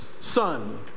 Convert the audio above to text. son